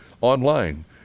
online